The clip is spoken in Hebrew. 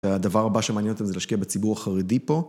הדבר הבא שמעניין אותם זה לשקיע בציבור החרדי פה.